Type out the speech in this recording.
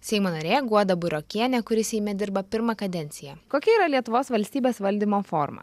seimo narė guoda burokienė kuri seime dirba pirmą kadenciją kokia yra lietuvos valstybės valdymo forma